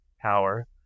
power